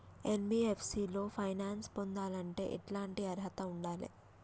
NBFC లో finance పొందాలంటే ఎట్లాంటి అర్హత ఉండాలే?